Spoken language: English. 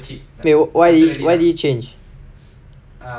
eh why did you why did you change